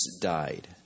died